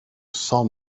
saw